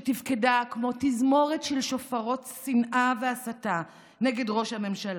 שתפקדה כמו תזמורת של שופרות שנאה והסתה נגד ראש הממשלה,